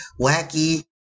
wacky